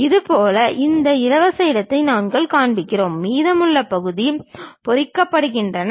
இதேபோல் இந்த இலவச இடத்தை நாங்கள் காண்பிக்கிறோம் மீதமுள்ள பகுதிகள் பொரிக்கப்படுகின்றன